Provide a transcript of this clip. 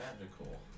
magical